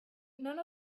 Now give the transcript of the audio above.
none